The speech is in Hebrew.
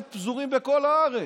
פזורים בכל הארץ,